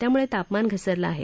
त्यामुळे तापमान घसरलं आहे